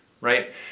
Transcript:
right